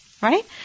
right